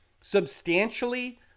substantially